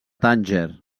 tànger